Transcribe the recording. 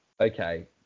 okay